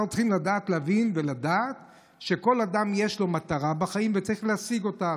אנחנו צריכים להבין ולדעת שלכל אדם יש מטרה בחיים וצריך להשיג אותה.